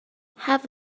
have